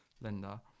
linda